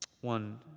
One